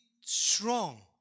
strong